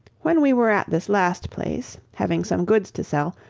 when we were at this last place, having some goods to sell,